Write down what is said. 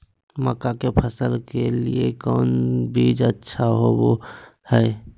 मक्का के फसल के लिए कौन बीज अच्छा होबो हाय?